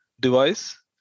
device